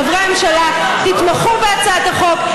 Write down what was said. חברי הממשלה: תתמכו בהצעת החוק.